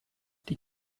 die